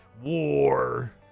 war